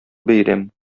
бәйрәм